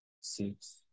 six